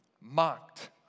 mocked